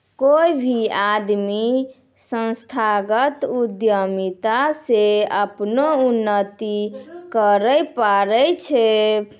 कोय भी आदमी संस्थागत उद्यमिता से अपनो उन्नति करैय पारै छै